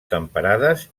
temperades